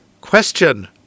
Question